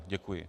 Děkuji.